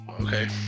Okay